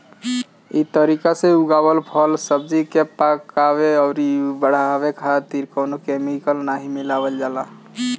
इ तरीका से उगावल फल, सब्जी के पकावे अउरी बढ़ावे खातिर कवनो केमिकल नाइ मिलावल जाला